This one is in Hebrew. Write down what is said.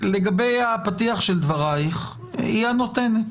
לגבי פתיח דבריך היא הנותנת.